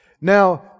Now